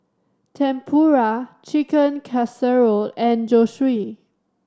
Tempura Chicken Casserole and Zosui